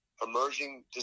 emerging